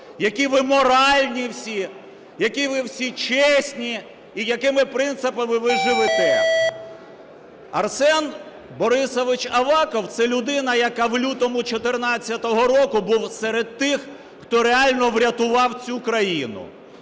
які ви моральні всі, які ви всі чесні і якими принципами ви живете. Арсен Борисович Аваков – це людина, яка в лютому 14-го року був серед тих, хто реально врятував цю країну,